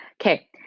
Okay